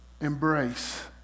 embrace